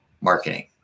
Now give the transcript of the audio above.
marketing